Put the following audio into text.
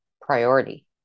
priority